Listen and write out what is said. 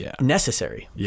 necessary